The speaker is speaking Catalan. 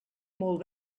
molt